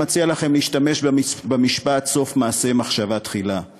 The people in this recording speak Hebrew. מציע לכם להשתמש במשפט "סוף מעשה במחשבה תחילה";